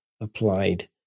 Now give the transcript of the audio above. applied